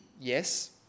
yes